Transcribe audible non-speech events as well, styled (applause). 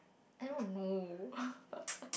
I don't know (laughs)